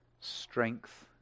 strength